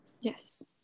Yes